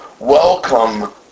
welcome